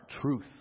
truth